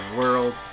world